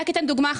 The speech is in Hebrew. אני אתן דוגמה.